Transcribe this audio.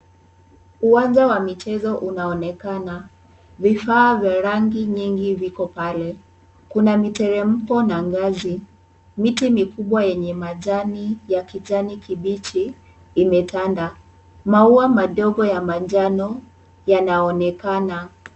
Uwanja wa michezo unaonekana, vifaa vya rangi nyingi viko pal,e kuna miteremko na ngazi ,miti mikubwa yenye majani ya kijani kibichi imetanda ,maua madogo ya manjano yanaonekana.